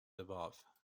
above